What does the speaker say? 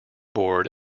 board